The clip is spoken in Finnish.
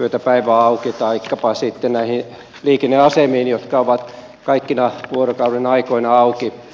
yötä päivää auki taikka sitten näihin liikenneasemiin jotka ovat kaikkina vuorokaudenaikoina auki